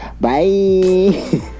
Bye